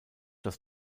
das